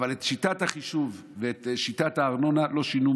אבל את שיטת החישוב ואת שיטת הארנונה לא שינו,